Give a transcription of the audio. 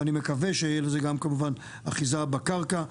ואני מקווה שתהיה לזה גם כמובן אחיזה בקרקע.